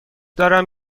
دارم